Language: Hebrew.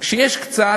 כשיש קצת,